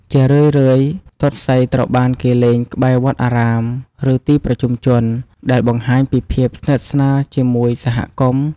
ជារឿយៗ ទាត់សីត្រូវបានគេលេងក្បែរវត្តអារាម ឬទីប្រជុំជន ដែលបង្ហាញពីភាពស្និទ្ធស្នាលជាមួយសហគមន៍។